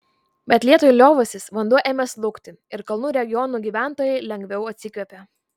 bet lietui liovusis vanduo ėmė slūgti ir kalnų regionų gyventojai lengviau atsikvėpė